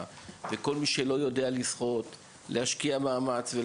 וכל מי שלא יודע לשחות להשקיע בו מאמץ.